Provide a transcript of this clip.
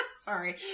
Sorry